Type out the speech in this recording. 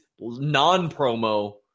non-promo